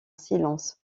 silence